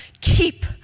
keep